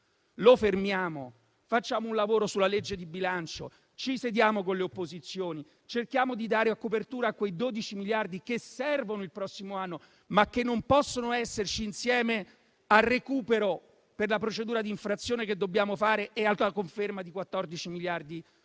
Lo fermiamo? Possiamo fare un lavoro sulla legge di bilancio, sedendosi con le opposizioni, cercando di dare copertura a quei 12 miliardi che servono il prossimo anno, ma che non possono esserci, insieme al recupero per la procedura di infrazione che dobbiamo affrontare, e alla conferma di 14 miliardi